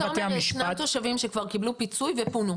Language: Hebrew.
אתה אומר שישנם תושבים שכבר קיבלו פיצוי ופונו.